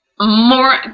More